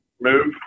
move